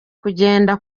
kugenda